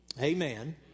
Amen